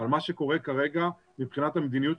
על מה שקורה כרגע מבחינת המדיניות,